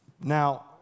Now